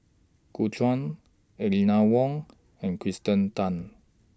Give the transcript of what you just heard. Gu Juan Aline Wong and Kirsten Tan